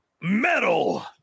Metal